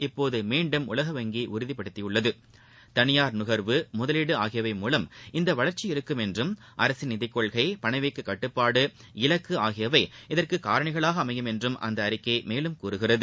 இப்போது மீண்டும் உலக வங்கி உறுதி செய்துள்ளது தனியார் நுகா்வு முதலீடு ஆகியவை மூலம் இந்த வளர்ச்சி இருக்கும் என்றும் அரசின் நிதிக் கொள்கை பணவீக்க கட்டப்பாடு இலக்கு ஆகியவை இதற்கு காரணிகளாக அமையும் என்றும் அந்த அறிக்கை மேலும் கூறுகிறது